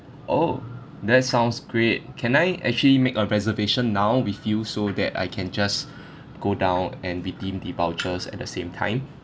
oh that sounds great can I actually make a reservation now with you so that I can just go down and redeem the vouchers at the same time